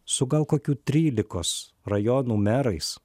su gal kokių trylikos rajonų merais